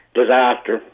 disaster